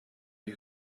you